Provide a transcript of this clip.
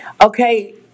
Okay